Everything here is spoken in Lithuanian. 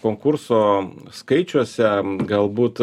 konkurso skaičiuose galbūt